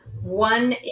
one